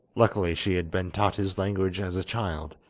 luckily she had been taught his language as a child,